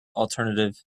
alternative